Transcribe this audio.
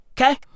okay